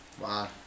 Wow